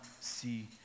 see